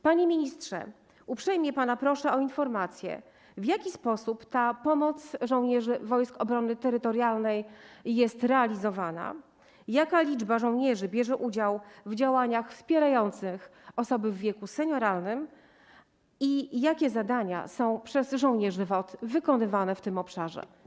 Panie ministrze, uprzejmie pana proszę o informację, w jaki sposób ta pomoc żołnierzy Wojsk Obrony Terytorialnej jest udzielana, jaka liczba żołnierzy bierze udział w działaniach wspierających osoby w wieku senioralnym i jakie zadania są przez żołnierzy WOT wykonywane w tym obszarze.